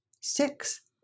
Six